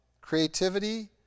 Creativity